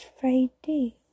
Friday